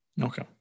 Okay